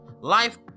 life